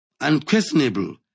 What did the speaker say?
Unquestionable